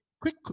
quick